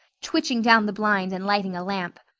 twitching down the blind and lighting a lamp.